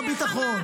בזמן מלחמה.